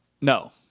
No